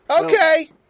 Okay